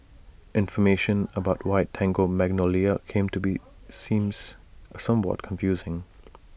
information about why Tango Magnolia came to be seems somewhat confusing